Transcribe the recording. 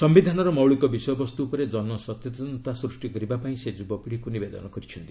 ସମ୍ଭିଧାନର ମୌଳିକ ବିଷୟବସ୍ତୁ ଉପରେ ଜନସଚେତନତା ସୃଷ୍ଟି କରିବା ପାଇଁ ସେ ଯୁବପିଢ଼ିକୁ ନିବେଦନ କରିଛନ୍ତି